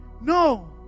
No